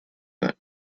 that